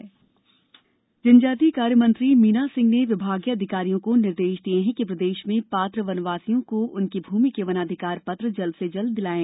वनाधिकार पत्र जनजातीय कार्य मंत्री सुश्री मीना सिंह ने विभागीय अधिकारियों को निर्देश दिये हैं कि प्रदेश में पात्र वनवासियों को उनकी भूमि के वनाधिकार पत्र जल्द से जल्द दिलायें